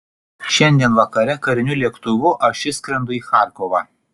šiandien vakare kariniu lėktuvu aš išskrendu į charkovą